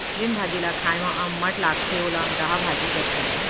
जेन भाजी ल खाए म अम्मठ लागथे वोला अमटहा भाजी कथें